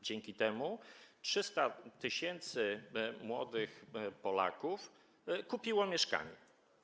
Dzięki nim 300 tys. młodych Polaków kupiło mieszkanie.